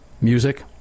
music